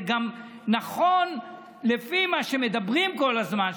זה גם נכון לפי מה שמדברים כל הזמן,